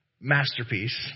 Masterpiece